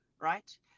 right